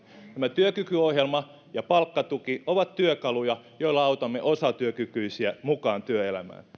tämä työkykyohjelma ja palkkatuki ovat työkaluja joilla autamme osatyökykyisiä mukaan työelämään